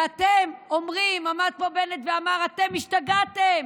ואתם אומרים, עמד פה בנט ואמר: אתם השתגעתם?